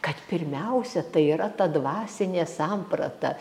kad pirmiausia tai yra ta dvasinė samprata